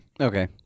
Okay